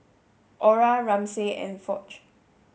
Orah Ramsey and Foch